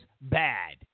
bad